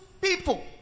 People